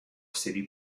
city